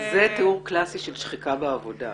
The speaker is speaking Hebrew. זה תיאור קלאסי של שחיקה בעבודה.